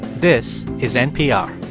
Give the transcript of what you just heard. this is npr